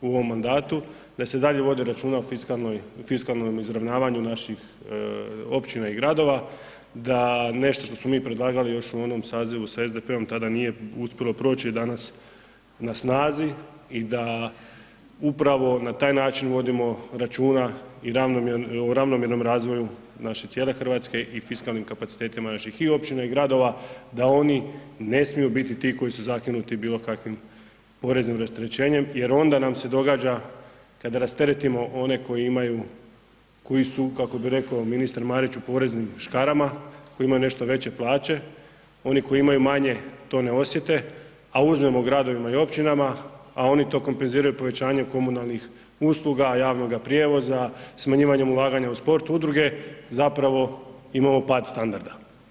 u ovom mandatu, da se dalje vodi računa o fiskalnom izravnavanju naših općina i gradova, da nešto što smo mi predlagali još u onom sazivu s SDP-om tada nije uspjelo proći, danas na snazi i da upravo na taj način vodimo računa i ravnomjernom razvoju naše cijele Hrvatske i fiskalnih kapacitetima naših i općina i gradova da oni ne smiju biti ti koji su zakinuti bilo kakvim poreznim rasterećenjem jer onda nam se događa kada rasteretimo one koji su, kako bi rekao ministar Marić u poreznim škarama, koji imaju nešto veće plaće, oni koji imaju manje to ne osjete, a uzmemo gradovima i općinama, a oni to kompenziraju povećanjem komunalnih usluga, javnoga prijevoza, smanjivanjem ulaganja u sport, udruge, zapravo imamo pad standarda.